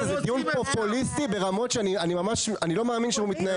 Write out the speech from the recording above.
זה דיון פופוליסטי ברמות שאני ממש לא מאמין שהוא מתנהל.